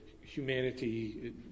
humanity